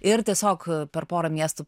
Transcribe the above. ir tiesiog per porą miestų